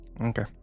Okay